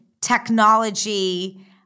technology